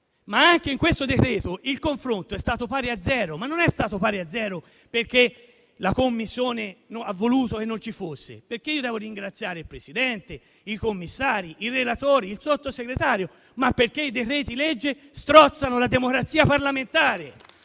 Anche in questo decreto-legge il confronto è stato pari a zero. Questo non perché la Commissione ha voluto che non ci fosse (devo infatti ringraziare il Presidente, i commissari, i relatori e il Sottosegretario), ma perché i decreti-legge strozzano la democrazia parlamentare,